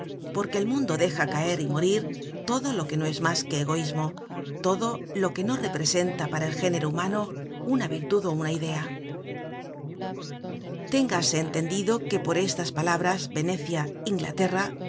porque el mundo deja caer y morir todo lo que no es mas que egoismo todo lo que no representa para el género humano una virtud ó una idea téngase entendido que por estas palabras venecia inglaterra